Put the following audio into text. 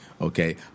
okay